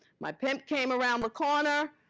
my pimp came around the corner.